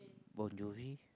Bon Jovi